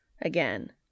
again